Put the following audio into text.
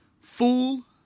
Fool